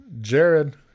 jared